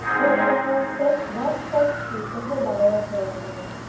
isabel spent one pleasant week with her lover at hereford,